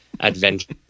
Adventure